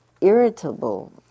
irritable